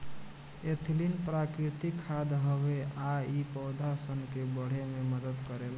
ethylene प्राकृतिक खाद हवे आ इ पौधा सन के बढ़े में मदद करेला